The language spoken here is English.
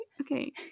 okay